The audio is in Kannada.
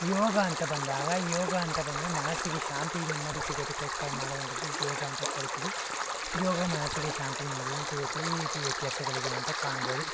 ಯೋಗ ಅಂತ ಬಂದಾಗ ಯೋಗ ಅಂತ ಬಂದರೆ ಮನಸ್ಸಿಗೆ ಶಾಂತಿ ನೆಮ್ಮದಿ ಸಿಗೋದಕ್ಕೋಸ್ಕರ ಮಾಡುವಂಥದ್ದು ಯೋಗ ಅಂತ ಕರಿತೀವಿ ಯೋಗ ಮನಸ್ಸಿಗೆ ಶಾಂತಿ ನೆಮ್ಮದಿಯನ್ನು ಸಿಗುತ್ತೆ ಈ ರೀತಿ ವ್ಯತ್ಯಾಸಗಳಿವೆ ಅಂತ ಕಾಣ್ಬೋದು